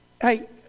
Hey